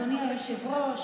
אדוני היושב-ראש,